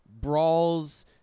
brawls